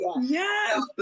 Yes